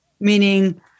Meaning